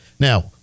Now